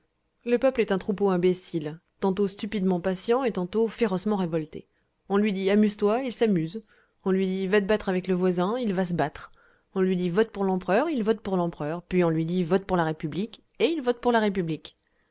le peuple est un troupeau imbécile tantôt stupidement patient et tantôt férocement révolté on lui dit amuse-toi il s'amuse on lui dit va te battre avec le voisin il va se battre on lui dit vote pour l'empereur il vote pour l'empereur puis on lui dit vote pour la république et il vote pour la république